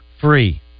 free